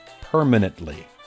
permanently